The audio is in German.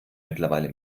mittlerweile